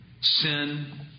sin